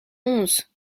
onze